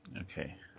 Okay